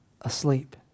asleep